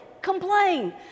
complain